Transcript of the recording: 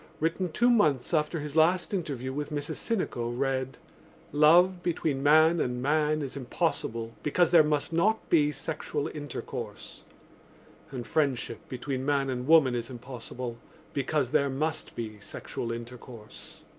written two months after his last interview with mrs. sinico, read love between man and man is impossible because there must not be sexual intercourse and friendship between man and woman is impossible because there must be sexual intercourse.